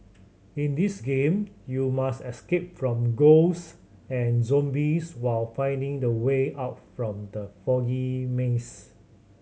in this game you must escape from ghosts and zombies while finding the way out from the foggy maze